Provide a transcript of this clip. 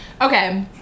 Okay